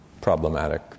Problematic